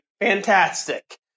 fantastic